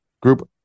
group